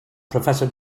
professor